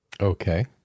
Okay